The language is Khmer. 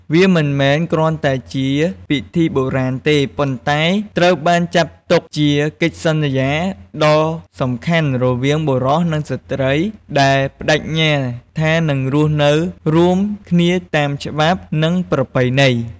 វាមិនមែនគ្រាន់តែជាពិធីបុរាណទេ ប៉ុន្តែត្រូវបានចាត់ទុកជាកិច្ចសន្យាដ៏សំខាន់រវាងបុរសនិងស្ត្រី ដែលប្តេជ្ញាថានឹងរស់នៅរួមគ្នាតាមច្បាប់ និង ប្រពៃណី។